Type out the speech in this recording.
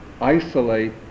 isolate